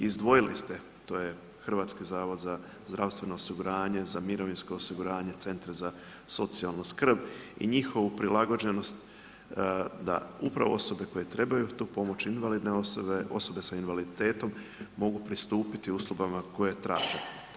Izdvojili ste, to je Hrvatski zavod za zdravstveno osiguranje, za mirovinsko osiguranje, centri za socijalnu skrb i njihovu prilagođenost da upravo osobe koje trebaju tu pomoć, invalidne osobe, osobe s invaliditetom mogu pristupiti uslugama koje traže.